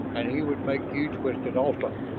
and he would make you twisted also